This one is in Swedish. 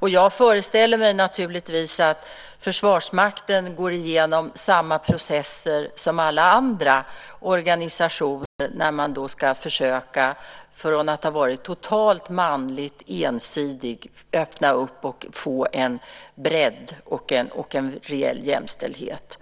dem. Jag föreställer mig naturligtvis att Försvarsmakten går igenom samma processer som alla andra organisationer när man, från att ha varit totalt ensidigt manlig, ska försöka öppna upp och få en bredd och en reell jämställdhet.